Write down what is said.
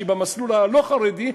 שהיא במסלול הלא-חרדי,